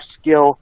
skill